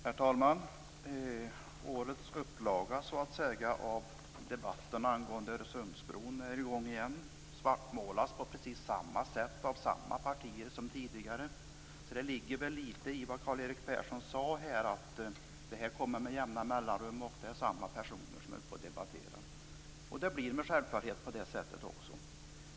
Herr talman! Årets upplaga av debatten angående Öresundsbron är återigen igång. Det svartmålas på precis samma sätt som tidigare av samma partier. Det ligger litet i vad Karl-Erik Persson sade om att debatten kommer åter med jämna mellanrum och att det är samma personer som deltar i debatten. Det blir med självklarhet på det sättet.